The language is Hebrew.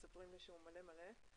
מספרים לי שהוא מלא מלא.